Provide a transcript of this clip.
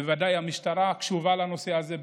בוודאי שהמשטרה קשובה לנושא הזה,